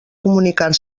comunicar